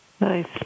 Nice